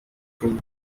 through